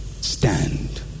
Stand